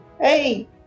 Hey